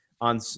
on